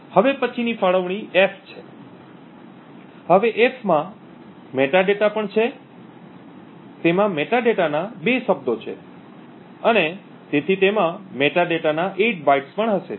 હવે પછીની ફાળવણી f છે હવે f માં મેટાડેટા પણ છે તેમાં મેટાડેટાના બે શબ્દો છે અને તેથી તેમાં મેટાડેટાના 8 બાઇટ્સ પણ હશે